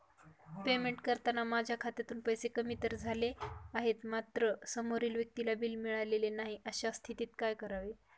Payment करताना माझ्या खात्यातून पैसे कमी तर झाले आहेत मात्र समोरील व्यक्तीला बिल मिळालेले नाही, अशा स्थितीत काय करावे?